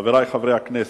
חברי חברי הכנסת,